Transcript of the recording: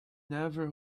never